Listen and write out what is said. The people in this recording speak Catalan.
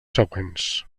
següents